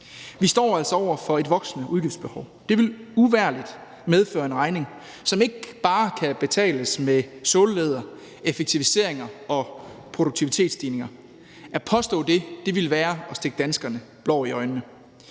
Vi står altså over for et voksende udgiftsbehov, og det vil uvægerlig medføre en regning, som ikke bare kan betales med sålelæder, effektiviseringer og produktivitetsstigninger. At påstå det ville være at stikke danskerne blår i øjnene.